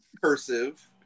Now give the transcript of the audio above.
cursive